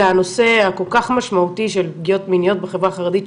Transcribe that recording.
אלא הנושא הכול כך משמעותי של פגיעות מיניות בחברה החרדית,